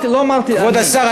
כבוד השר,